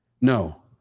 No